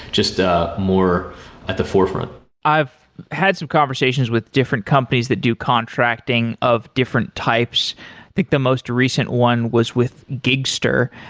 just ah more at the forefront i've had some conversations with different companies that do contracting of different types. i think the most recent one was with gigster.